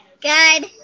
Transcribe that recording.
Good